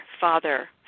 father